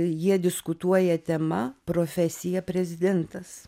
jie diskutuoja tema profesija prezidentas